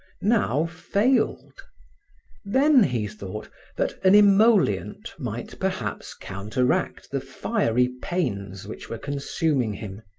now failed then he thought that an emollient might perhaps counteract the fiery pains which were consuming him,